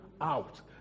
out